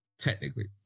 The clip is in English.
Technically